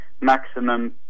maximum